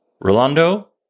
Rolando